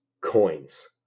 coins